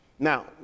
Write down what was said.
Now